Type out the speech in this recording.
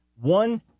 one